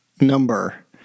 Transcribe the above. number